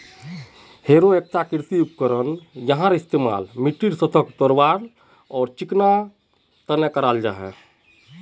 harrow एकता कृषि उपकरण छिके यहार इस्तमाल मिट्टीर सतहक तोड़वार आर चिकना करवार तने कराल जा छेक